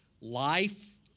Life